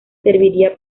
serviría